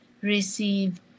receive